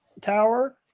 Tower